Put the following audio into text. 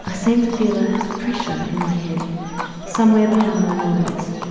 i seem to feel a pressure in my head somewhere behind my nose.